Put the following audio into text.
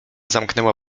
zamknęła